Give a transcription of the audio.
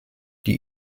die